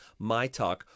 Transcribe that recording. MYTALK